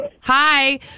hi